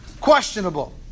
questionable